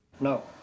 No